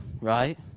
right